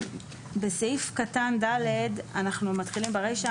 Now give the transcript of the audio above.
בסעיף קטן (ד) אנחנו מתחילים ברישא